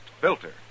filter